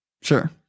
Sure